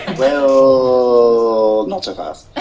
and well, so not so fast.